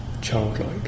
childlike